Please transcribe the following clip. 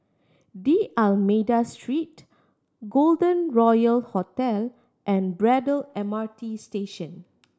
D'Almeida Street Golden Royal Hotel and Braddell M R T Station